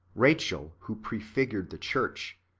rachel, who prefigured the church,